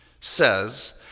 says